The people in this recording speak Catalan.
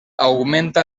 augmenta